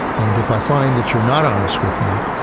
and if i find that you're not honest with me,